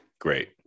great